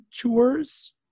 tours